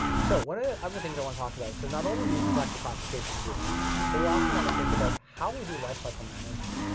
so one of other things i wanna talk about. so not only do we collect the classification of a group level, but we also wanna think about how we do lifecycle management.